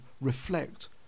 reflect